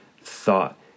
thought